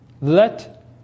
Let